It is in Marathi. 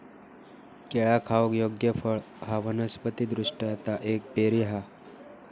केळा खाऊक योग्य फळ हा वनस्पति दृष्ट्या ता एक बेरी हा